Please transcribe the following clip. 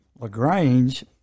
LaGrange